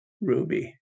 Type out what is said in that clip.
Ruby